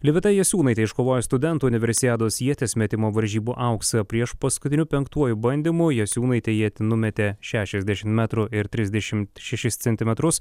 livita jasiūnaitė iškovojo studentų universiados ieties metimo varžybų auksą priešpaskutiniu penktuoju bandymu jasiūnaitė ietį numetė šešiasdešimt metrų ir trisdešimt šešis centimetrus